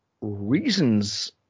reasons